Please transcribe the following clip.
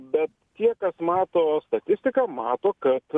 bet tie kas mato statistiką mato kad